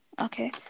Okay